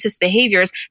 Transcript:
behaviors